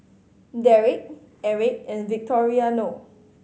Derik Erich and Victoriano